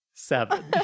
seven